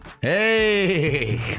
Hey